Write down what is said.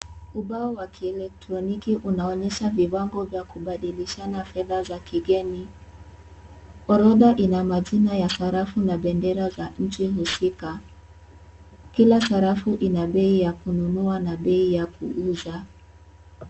Ubao wa kielektroniki unaonesha viwango vya kubadilishana fedha za kigeni. Orodha ina majina ya sarafu na bendera za nchi husika, kila sarafu ina bei ya kununua na bei ya kuuza.